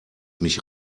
mich